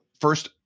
first